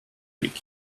week